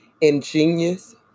ingenious